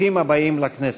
ברוכים הבאים לכנסת.